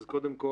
אז קודם כל,